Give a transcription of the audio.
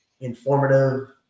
informative